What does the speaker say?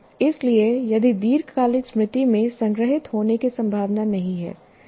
इसलिए यह दीर्घकालिक स्मृति में संग्रहीत होने की संभावना नहीं है